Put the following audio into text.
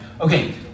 Okay